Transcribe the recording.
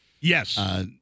Yes